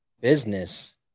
business